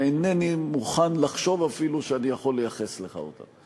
ואינני מוכן לחשוב אפילו שאני יכול לייחס לך אותה.